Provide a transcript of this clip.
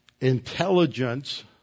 Intelligence